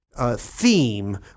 Theme